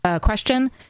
question